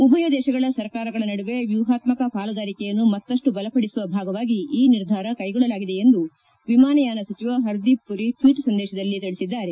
ಉಭಯ ದೇಶಗಳ ಸರ್ಕಾರಗಳ ನಡುವೆ ವ್ಯೂಪಾತ್ಮಕ ಪಾಲುದಾರಿಕೆಯನ್ನು ಮತ್ತಷ್ಟು ಬಲಪಡಿಸುವ ಭಾಗವಾಗಿ ಈ ನಿರ್ಧಾರ ಕೈಗೊಳ್ಳಲಾಗಿದೆ ಎಂದು ವಿಮಾನಯಾನ ಸಚಿವ ಹರ್ದೀಪ್ ಮರಿ ಟ್ವೀಟ್ ಸಂದೇಶದಲ್ಲಿ ತಿಳಿಸಿದ್ದಾರೆ